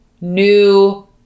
new